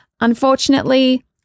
Unfortunately